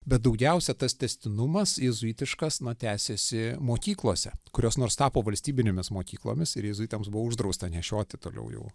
bet daugiausia tas tęstinumas jėzuitiškas na tęsėsi mokyklose kurios nors tapo valstybinėmis mokyklomis ir jėzuitams buvo uždrausta nešioti toliau jau